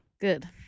Good